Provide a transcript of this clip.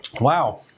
Wow